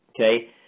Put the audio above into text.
Okay